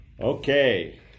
Okay